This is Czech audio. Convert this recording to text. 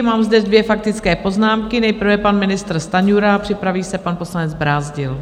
Mám zde dvě faktické poznámky, nejprve pan ministr Stanjura, připraví se pan poslanec Brázdil.